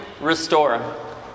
restore